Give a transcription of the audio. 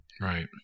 Right